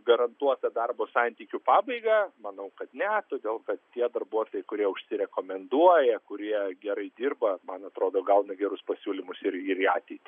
garantuotą darbo santykių pabaigą manau kad ne todėl kad tie darbuotojai kurie užsirekomenduoja kurie gerai dirba man atrodo gauna gerus pasiūlymus ir ir į ateitį